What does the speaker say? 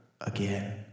again